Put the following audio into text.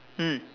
mm